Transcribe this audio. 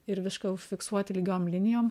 ir višką užfiksuot lygiom linijom